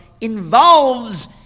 involves